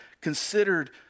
considered